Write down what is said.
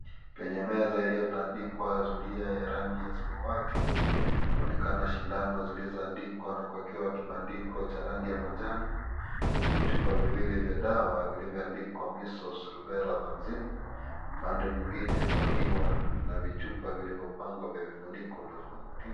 Penye meza iliyotandikwa zulia ya rangi ya samawati, paonekana sindano zilizoandikwa na kuwekewa kibandiko cha rangi ya manjano, na vichupa viwili vya dawa, vilivyo andikwa, " measles , rubella vaccine " upande mwingine pakiwa na vichupa vilivyopangwa vya vifuniko tofauti.